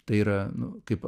tai yra nu kaip